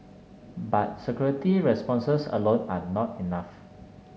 but security responses alone are not enough